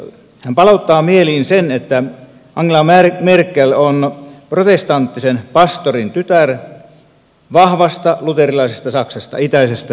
hän palauttaa mieliin sen että angela merkel on protestanttisen pastorin tytär vahvasta luterilaisesta saksasta itäisestä saksasta